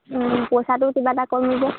পইচাটো কিবা এটা কমিব